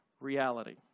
reality